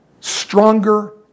stronger